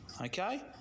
Okay